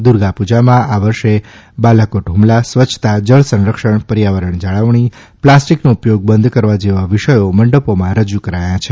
દૂર્ગાપૂજામાં આ વર્ષે બાલાકોટ ફમલા સ્વચ્છતા જળસંરક્ષણ પર્યાવરણ જાળવણી પ્લાસ્ટીકનો ઉપયોગ બંધ કરવા જેવા વિષયો મંડપોમાં રજૂ કરાથા છે